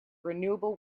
renewable